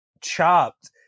chopped